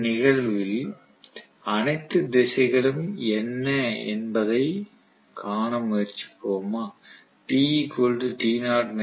இந்த நிகழ்வில் அனைத்து திசைகளும் என்ன என்பதைக் காண முயற்சிப்போமா